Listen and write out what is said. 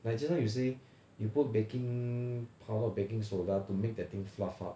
like just now you say you put baking powder or baking soda to make that thing fluff up